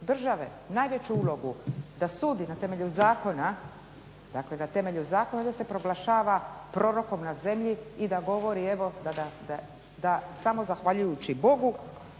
države najveću ulogu da sudi na temelju zakona da se proglašava prorokom na zemlji i da govori evo da samo zahvaljujući Bogu